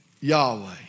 Yahweh